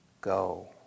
go